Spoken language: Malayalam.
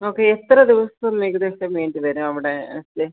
ഓക്കെ എത്ര ദിവസം ഏകദേശം വേണ്ടി വരും അവിടെ സ്റ്റേ